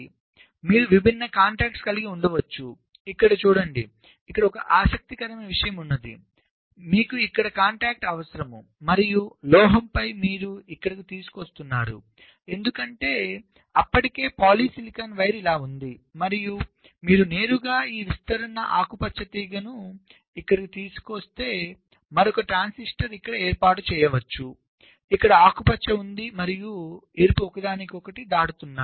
కాబట్టి మీరు విభిన్నంగా కాంటాక్ట్స్ కలిగి ఉండవచ్చు ఇక్కడ చూడండి ఇక్కడ ఒక ఆసక్తికరమైన విషయం ఉంది మీకు ఇక్కడ కాంటాక్ట్ అవసరం మరియు లోహంపై మీరు ఇక్కడకు తీసుకువస్తున్నారుఎందుకంటే అప్పటికే పాలిసిలికాన్ వైర్ ఇలా ఉంది మరియు మీరు నేరుగా ఈ విస్తరణ ఆకుపచ్చ తీగను ఇక్కడకు తీసుకువస్తే మరొక ట్రాన్సిస్టర్ ఇక్కడ ఏర్పాటు చేయవచ్చు ఇక్కడ ఆకుపచ్చ ఉంది మరియు ఎరుపు ఒకదానికొకటి దాటుతున్నాయి